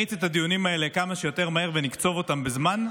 שנריץ את הדיונים האלה כמה שיותר מהר ונקצוב אותם בזמן.